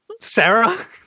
Sarah